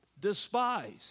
despise